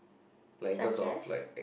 such as